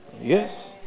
Yes